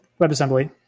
WebAssembly